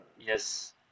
yes